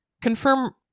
confirm